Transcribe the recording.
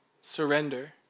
surrender